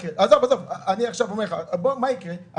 מה יקרה,